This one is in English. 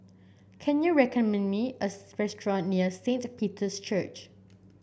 can you recommend me a restaurant near Saint Peter's Church